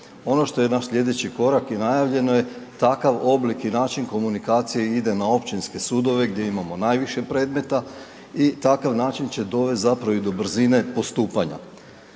Ono što je naš slijedeći korak i najavljeno je takav oblik i način komunikacije ide na općinske sudove gdje imamo najviše predmeta i takav način će dovest zapravo i do brzine postupanja,